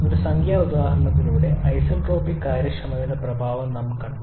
ഒരു സംഖ്യാ ഉദാഹരണത്തിലൂടെ ഐസന്റ്രോപിക് കാര്യക്ഷമതയുടെ പ്രഭാവം നാം കണ്ടു